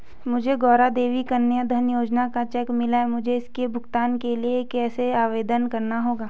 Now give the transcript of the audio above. मुझे गौरा देवी कन्या धन योजना का चेक मिला है मुझे इसके भुगतान के लिए कैसे आवेदन करना होगा?